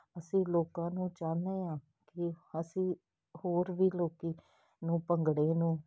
ਅਸੀਂ ਲੋਕਾਂ ਨੂੰ ਚਾਹੁੰਦੇ ਆ ਕਿ ਅਸੀਂ ਹੋਰ ਵੀ ਲੋਕੀ ਨੂੰ ਭੰਗੜੇ ਨੂੰ